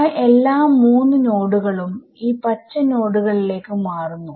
ആ എല്ലാ 3 നോഡുകളും ഈ പച്ച നോഡുകളിലേക്ക് മാറുന്നു